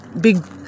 big